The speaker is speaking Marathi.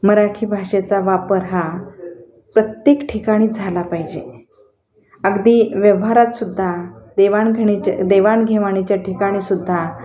मराठी भाषेचा वापर हा प्रत्येक ठिकाणी झाला पाहिजे अगदी व्यवहारात सुद्धा देवाण घेणी देवाण घेवाणीच्या ठिकाणीसुद्धा